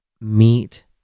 meet